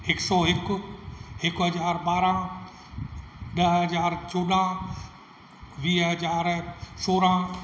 हिकु सौ हिकु हिकु हज़ार ॿारहं ॾह हज़ार चोॾहं वीह हज़ार सोरहं